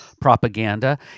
propaganda